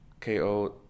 K-O